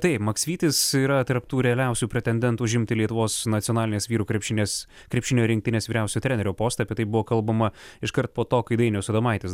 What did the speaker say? taip maksvytis yra tarp tų realiausių pretendentų užimti lietuvos nacionalinės vyrų krepšinis krepšinio rinktinės vyriausio trenerio postą apie tai buvo kalbama iškart po to kai dainius adomaitis